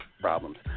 problems